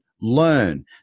learn